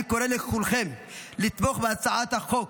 אני קורא לכולכם לתמוך בהצעת החוק.